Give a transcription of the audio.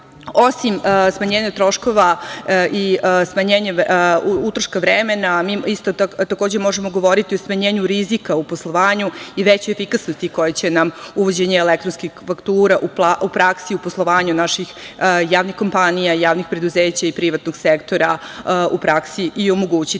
Osim smanjenja troškova i smanjenje utroška vremena mi takođe možemo govoriti o smanjenju rizika u poslovanju i većoj efikasnosti koje će nam uvođenje elektronskih faktura u praksi, u poslovanju naših javnih kompanija, javnih preduzeća i privatnog sektora u praksi i omogućiti. Ta